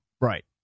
Right